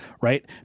right